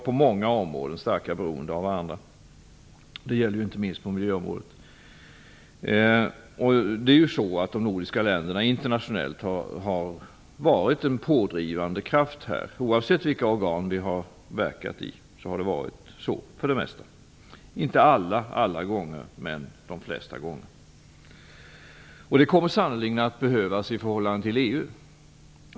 På många områden är vi starkt beroende av andra länder, inte minst när det gäller miljöområdet. De nordiska länderna har internationellt varit en pådrivande kraft, oavsett vilka organ de har verkat i. Alla länder har inte fungerat som denna pådrivande kraft alla gånger, men de flesta gångerna. Det kommer sannerligen att behövas i förhållande till EU.